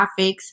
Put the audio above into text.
graphics